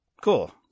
Cool